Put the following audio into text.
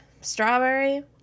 strawberry